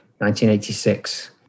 1986